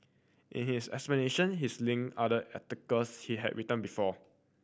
in his explanation he linked other articles he has written before